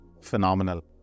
Phenomenal